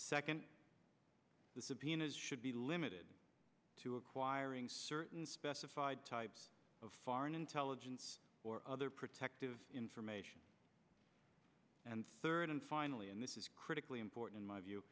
second the subpoenas should be limited to acquiring certain specified types of foreign intelligence or other protective information and third and finally and this is critically important my view